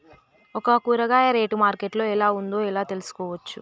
ఒక కూరగాయ rate market లో ఎలా ఉందో ఎలా తెలుసుకోవచ్చు?